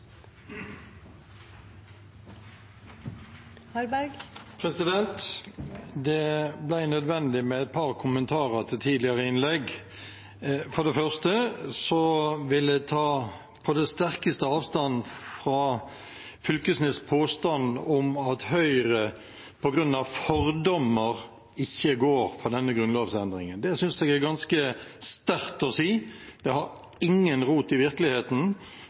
Det ble nødvendig med et par kommentarer til tidligere innlegg. For det første vil jeg på det sterkeste ta avstand fra representanten Knag Fylkesnes’ påstand om at Høyre på grunn av fordommer ikke går inn for denne grunnlovsendringen. Det synes jeg er ganske sterkt å si, det har ingen rot i virkeligheten,